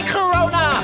Corona